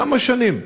כמה שנים.